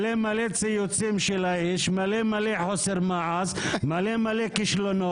יש מלא, מלא חוסר מעש, מלא, מלא כישלונות.